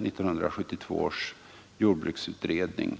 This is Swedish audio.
1972 års jordbruksutredning.